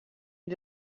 you